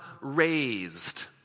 raised